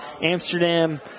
Amsterdam